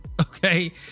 Okay